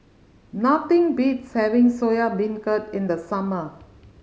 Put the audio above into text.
nothing beats having Soya Beancurd in the summer